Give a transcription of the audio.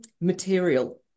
material